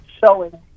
showing